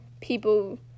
people